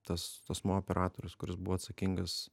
tas asmuo operatorius kuris buvo atsakingas